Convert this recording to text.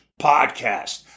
podcast